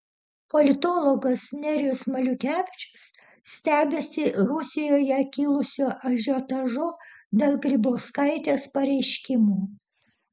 politologas nerijus maliukevičius stebisi rusijoje kilusiu ažiotažu dėl grybauskaitės pareiškimų